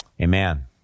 amen